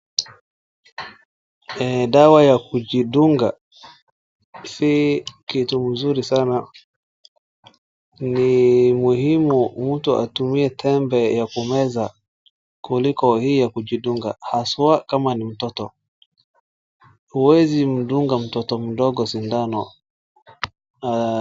Dawa ya kujidunga si kitu mzuri sana, ni muhimu mtu atumie tembe ya kumeza kuliko hii ya kujidunga haswa kama ni mtoto. Huwezi mdunga mtoto mdogo sindano.